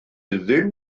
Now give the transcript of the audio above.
ddim